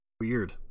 weird